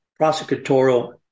Prosecutorial